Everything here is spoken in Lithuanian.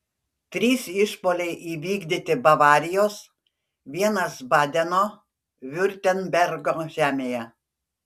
trys išpuoliai įvykdyti bavarijos vienas badeno viurtembergo žemėje